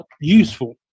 useful